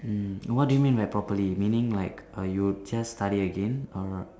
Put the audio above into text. mm what do you mean like properly meaning like uh you will just study again or